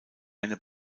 eine